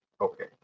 Okay